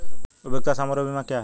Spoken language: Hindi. उपयोगिता समारोह बीमा क्या है?